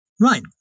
Right